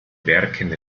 werken